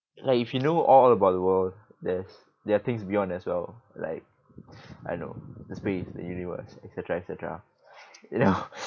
like if you know all about the world there's there are things beyond as well like I know the space the universe et cetera et cetera you know